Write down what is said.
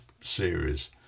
series